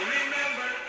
remember